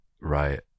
Right